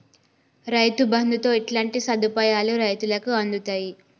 రైతు బంధుతో ఎట్లాంటి సదుపాయాలు రైతులకి అందుతయి?